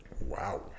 Wow